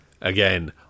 again